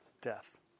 death